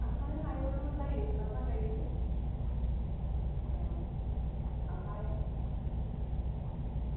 थांफानो हायोबाथ' जायो लांफा जायो औ ओमफ्राय